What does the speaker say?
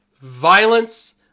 violence